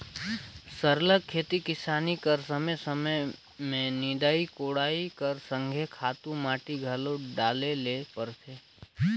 सरलग खेती किसानी कर समे समे में निंदई कोड़ई कर संघे खातू माटी घलो डाले ले परथे